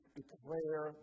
declare